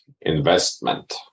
investment